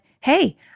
Hey